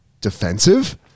defensive